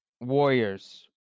Warriors